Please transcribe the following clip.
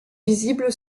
visible